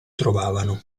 trovavano